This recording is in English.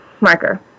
marker